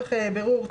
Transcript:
לצורך בירור תביעה,